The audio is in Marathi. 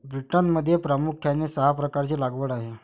ब्रिटनमध्ये प्रामुख्याने सहा प्रकारची लागवड आहे